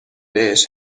بهش